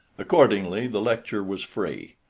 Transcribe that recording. accordingly the lecture was free,